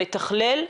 המתכלל,